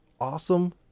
awesome